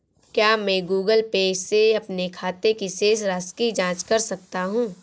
क्या मैं Google Pay से अपने खाते की शेष राशि की जाँच कर सकता हूँ?